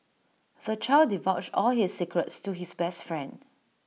the child divulged all his secrets to his best friend